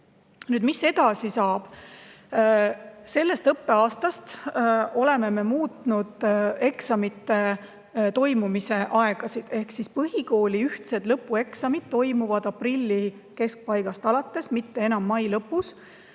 Mis edasi saab? Sellest õppeaastast oleme muutnud eksamite toimumise aegasid. Ehk siis põhikooli ühtsed lõpueksamid toimuvad aprilli keskpaigast alates, mitte enam mai lõpus.